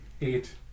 eight